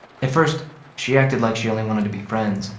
at first she acted like she only wanted to be friends.